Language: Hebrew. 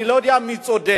אני לא יודע מי צודק,